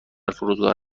فرودگاه